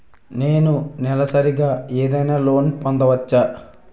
నేను నెలసరిగా ఏదైనా లోన్ పొందవచ్చా?